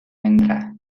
vendrá